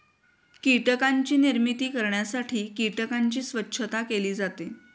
कीटकांची निर्मिती करण्यासाठी कीटकांची स्वच्छता केली जाते